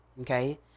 okay